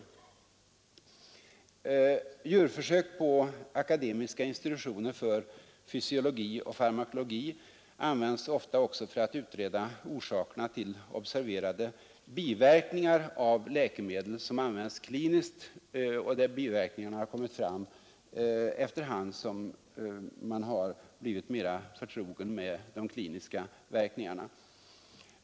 Djurförsök på akademiska insitutioner för fysiologi och farmakologi görs ofta också för att utreda orsakerna till observerade biverkningar av läkemedel som används kliniskt och där biverkningarna kommit fram efter hand som man blivit förtrogen med de kliniska verkningarna.